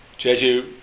Jeju